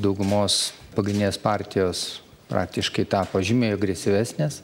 daugumos pagrindinės partijos praktiškai tapo žymiai agresyvesnės